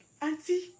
auntie